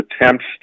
attempts